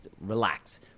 relax